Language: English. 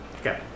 Okay